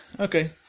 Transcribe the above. Okay